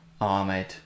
Ahmed